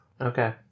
Okay